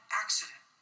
accident